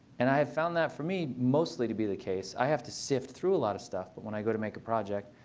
and i have found that for me mostly to be the case. i have to sift through a lot of stuff. but when i go to make a project,